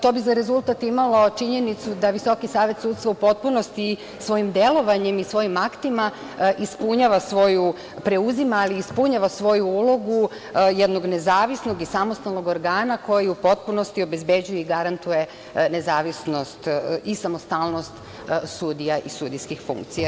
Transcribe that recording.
To bi za rezultat imalo činjenicu da Visoki savet sudstva u potpunosti svojim delovanjem i svojim aktima preuzima ali i ispunjava svoju ulogu jednog nezavisnog i samostalnog organa koji u potpunosti obezbeđuje i garantuje nezavisnost i samostalnost sudija i sudijskih funkcija.